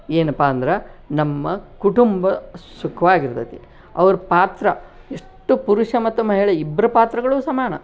ಏನಪ್ಪಾ ಅಂದ್ರೆ ನಮ್ಮ ಕುಟುಂಬ ಸುಖವಾಗಿ ಇರ್ತದೆ ಅವ್ರ ಪಾತ್ರ ಎಷ್ಟು ಪುರುಷ ಮತ್ತು ಮಹಿಳೆ ಇಬ್ಬರ ಪಾತ್ರಗಳೂ ಸಮಾನ